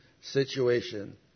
situation